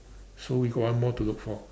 so we got one more to look for